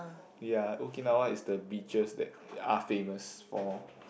ya Okinawa is the beaches that are famous for